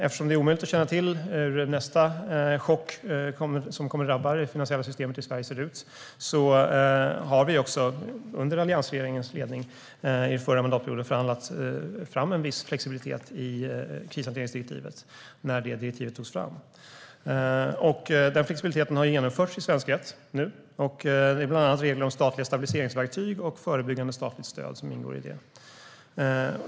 Eftersom det är omöjligt att känna till hur nästa chock som drabbar det finansiella systemet i Sverige kommer att se ut förhandlade vi också, under alliansregeringens ledning under den förra mandatperioden, fram en viss flexibilitet i krishanteringsdirektivet när det togs fram. Den flexibiliteten har genomförts i svensk rätt nu. Det är bland annat regler om statliga stabiliseringsverktyg och förebyggande statligt stöd som ingår i det.